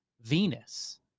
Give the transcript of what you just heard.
Venus